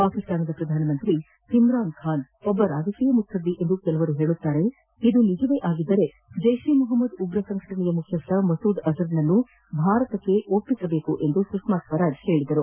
ಪಾಕಿಸ್ತಾನದ ಪ್ರಧಾನಮಂತ್ರಿ ಇಮ್ರಾನ್ ಖಾನ್ ಒಬ್ಬ ರಾಜಕೀಯ ಮುತ್ಸದ್ದಿ ಎಂದು ಕೆಲ ಜನರು ಹೇಳುತ್ತಾರೆ ಇದು ನಿಜವೇ ಆಗಿದ್ದರೆ ಜೈಷ್ ಎ ಮೊಹಮ್ಮದ್ ಉಗ್ರ ಸಂಘಟನೆಯ ಮುಖ್ಯಸ್ದ ಮಸೂದ್ ಅಜ಼ರ್ನನ್ನು ಭಾರತದ ವಶಕ್ಕೆ ಒಪ್ಪಿಸಬೇಕು ಎಂದು ಸುಷ್ಮಾ ಸ್ವರಾಜ್ ಹೇಳಿದರು